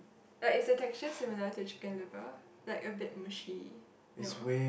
like is the texture similar to chicken liver like a bit mushy no